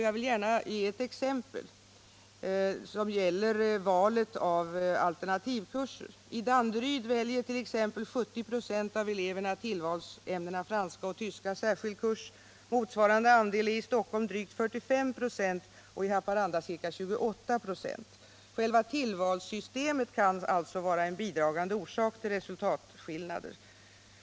Jag vill gärna ge ett exempel, som gäller valet av alternativkurser. särskild kurs. Motsvarande andel i Stockholm är drygt 45 96 och i Haparanda ca 28 26. Själva tillvalssystemet kan alltså vara en bidragande orsak till resultatskillnader.